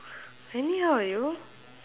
anyhow eh you